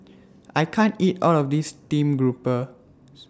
I can't eat All of This Stream Grouper